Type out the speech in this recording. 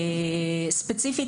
ספציפית,